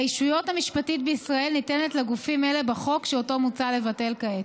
האישיות המשפטית בישראל ניתנה לגופים אלה בחוק שאותו מוצע לבטל כעת.